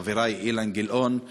חברי אילן גילאון,